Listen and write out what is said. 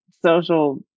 social